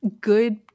good